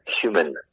human